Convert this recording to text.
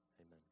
amen